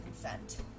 consent